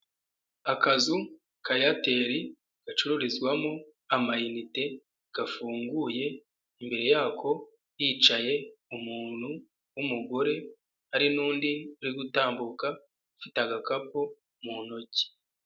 Akazu ka Aitel kari gucururizwamo amainite, gafunguye imbere yako hicaye umuntu w'umugore hari n'undi uri gutambuka ufite agakapu mu ntoki.